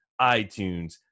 iTunes